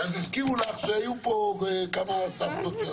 ואז יזכירו לך שהיו פה כמה סבתות שעשו את זה.